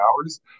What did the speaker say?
hours